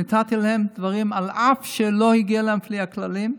נתתי להם דברים אף שלא הגיע להם לפי הכללים,